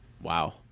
Wow